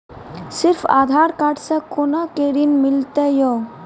सिर्फ आधार कार्ड से कोना के ऋण मिलते यो?